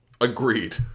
Agreed